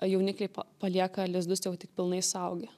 jaunikliai pa palieka lizdus jau tik pilnai suaugę